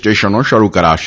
સ્ટેશનો શરૂ કરાશે